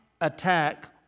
attack